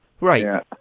Right